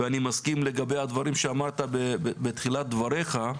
ואני מסכים לגבי הדברים שאמרת בתחילת דבריך,